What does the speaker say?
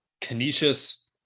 Canisius